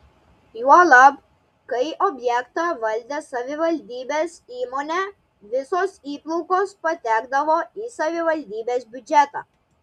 juolab kai objektą valdė savivaldybės įmonė visos įplaukos patekdavo į savivaldybės biudžetą